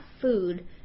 food